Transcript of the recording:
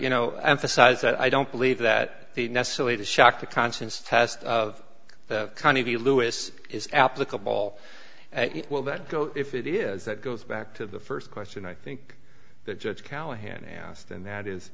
you know emphasize that i don't believe that the necessarily the shock the conscience test of the kind of you louis is applicable will that go if it is that goes back to the first question i think judge callahan asked and that is